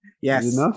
Yes